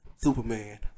Superman